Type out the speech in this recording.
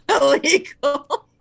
illegal